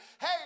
Hey